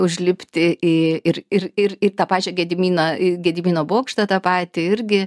užlipti į ir ir ir į tą pačią gedimino į gedimino bokštą tą patį irgi